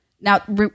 Now